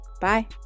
Bye